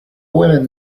women